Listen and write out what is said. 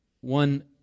One